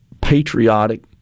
patriotic